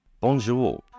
Bonjour